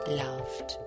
loved